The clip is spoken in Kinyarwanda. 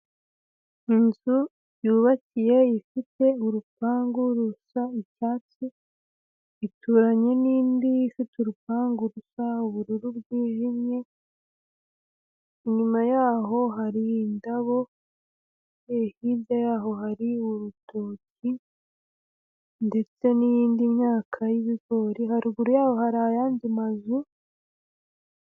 Inzu yubakiye ifite urupangu rusa icyatsi, ituranye n'indi ifite urupangu rusa ubururu bwijimye, inyuma yaho hari indabo, hirya yaho hari urutoki ndetse n'iyindi myaka y'ibigori, haruguru yaho hari ay'andi mazu.